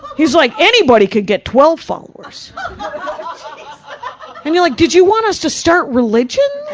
he's like, anybody can get twelve followers! um ah and you're like, did you want us to start religions?